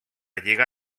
lliga